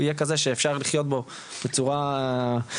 הוא יהיה כזה שאפשר לחיות בו בצורה סבירה.